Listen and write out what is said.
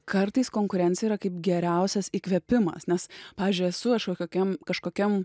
kartais konkurencija yra kaip geriausias įkvėpimas nes pavyzdžiui esu aš kažkokiam kažkokiam